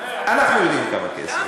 אנחנו יודעים כמה כסף.